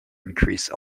increase